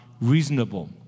reasonable